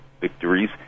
victories